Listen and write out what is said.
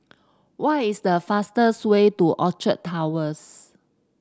what is the fastest way to Orchard Towers